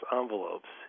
envelopes